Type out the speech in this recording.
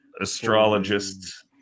astrologists